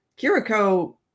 kiriko